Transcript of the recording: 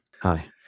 hi